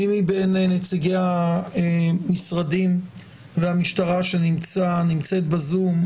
מי מבין נציגי המשרדים והמשטרה שנמצאת בזום,